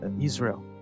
Israel